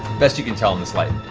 best you can tell in this light.